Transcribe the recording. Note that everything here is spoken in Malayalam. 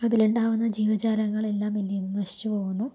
അതിലുണ്ടാവുന്ന ജീവജാലങ്ങളെല്ലാം എന്തെയുന്നു നശിച്ചു പോകുന്നു